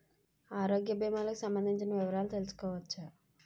ఆరోగ్య భీమాలకి సంబందించిన వివరాలు తెలుసుకోవచ్చా?